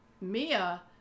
Mia